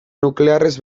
nuklearrez